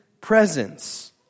presence